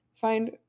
find